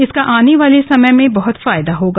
इसका आने वाले समय में बहत फायदा होगा